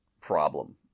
problem